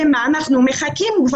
למה אנחנו מחכים?